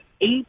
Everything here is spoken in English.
eight